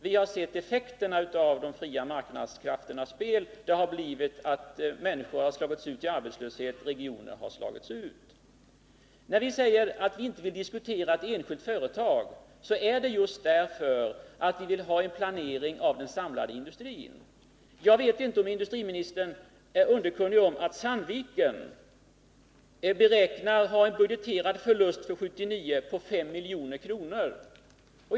Vi har emellertid sett effekterna av de fria marknadskrafternas spel: människor har drabbats av arbetslöshet och regioner har slagits ut. När vi säger att vi inte vill diskutera ett enskilt företag är det just därför att vi vill ha en planering för den samlade industrin. Jag vet inte om industriministern är underkunnig om att Sandviken räknar med en budgeterad förlust för år 1979 på 5 milj.kr.